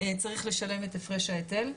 צריך לשלם את הפרש ההיטל.